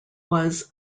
was